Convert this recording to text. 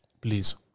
Please